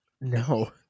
No